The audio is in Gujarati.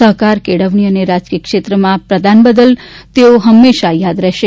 સહકાર કેળવણી અને રાજકીય ક્ષેત્રમાં પ્રદાન બદલ તેઓ હંમેશા યાદ રહેશે